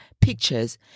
pictures